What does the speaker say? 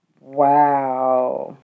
Wow